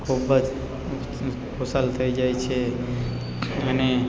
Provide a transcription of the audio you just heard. ખૂબ જ ખુશાલ થઈ જાય છે અને